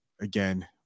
again